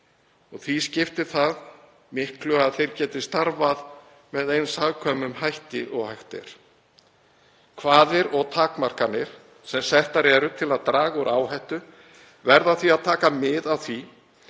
og því skiptir miklu að þeir geti starfað með eins hagkvæmum hætti og hægt er. Kvaðir eða takmarkanir sem eru settar til að draga úr áhættu verða að taka mið af því